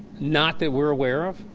not that we're aware of.